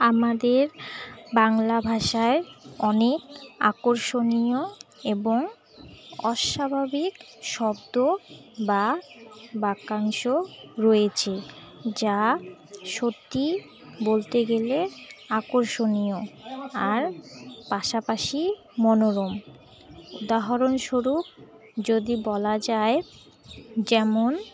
আমাদের বাংলা ভাষায় অনেক আকর্ষণীয় এবং অস্বাভাবিক শব্দ বা বাক্যাংশ রয়েছে যা সত্যি বলতে গেলে আকর্ষণীয় আর পাশাপাশি মনোরম উদাহরণস্বরূপ যদি বলা যায় যেমন